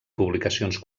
publicacions